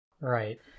Right